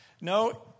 No